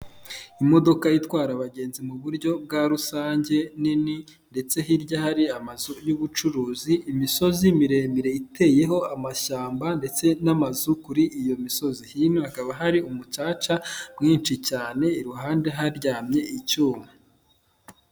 Imodoka itwara abagenzi mu buryo bwa rusange nini ndetse hirya hari amazu y'ubucuruzi, imisozi miremire iteyeho amashyamba ndetse n'amazu kuri iyo misozi, hino hakaba hari umucaca mwinshi cyane, iruhande haryamye icyuma.